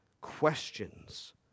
Questions